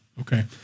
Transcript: Okay